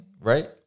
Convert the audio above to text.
right